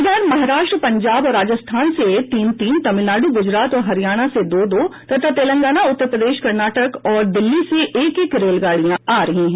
इधर महाराष्ट्र पंजाब और राजस्थान से तीन तीन तमिलनाडु गुजरात और हरियाणा से दो दो तथा तेलंगाना उत्तर प्रदेश कर्नाटक और दिल्ली से एक एक रेलगाड़ियां आ रही है